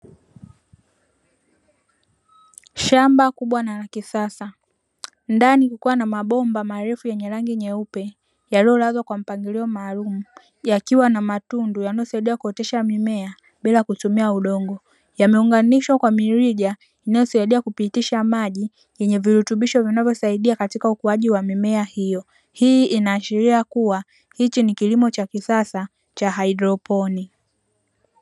Shamba kubwa na la kisasa. Ndani kukiwa na mabomba marefu yenye rangi nyeupe yaliyolazwa kwa mpangilio maalumu. Yakiwa na matundu yanayosaidia kuotesha mimea bila kutumia udongo. Yameunganishwa kwa mirija inayosaidia kupitisha maji yenye virutubisho vinavyosaidia katika ukuaji wa mimea hiyo. Hii inaashiria kuwa hichi ni kilimo cha kisasa cha haidroponi.